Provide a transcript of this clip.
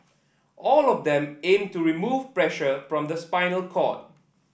all of them aim to remove pressure from the spinal cord